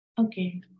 Okay